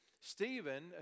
Stephen